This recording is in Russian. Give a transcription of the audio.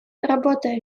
работая